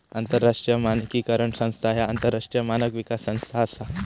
आंतरराष्ट्रीय मानकीकरण संस्था ह्या आंतरराष्ट्रीय मानक विकास संस्था असा